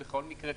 בכל מקרה,